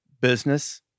business